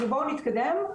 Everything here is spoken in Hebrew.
בואו נתקדם,